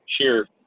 Sure